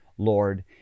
Lord